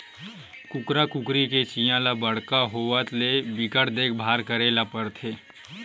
कुकरा कुकरी के चीया ल बड़का होवत ले बिकट देखभाल करे ल परथे